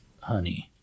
Honey